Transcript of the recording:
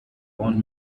want